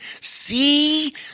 See